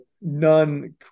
none